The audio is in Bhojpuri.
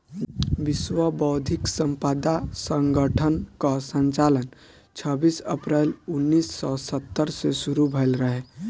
विश्व बौद्धिक संपदा संगठन कअ संचालन छबीस अप्रैल उन्नीस सौ सत्तर से शुरू भयल रहे